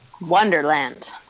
Wonderland